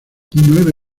nueve